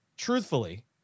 truthfully